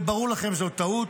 זה ברור לכם שזו טעות.